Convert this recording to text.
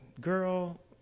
girl